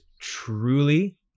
truly